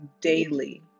daily